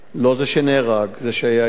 לא זה שנהרג, זה שהיה אתו,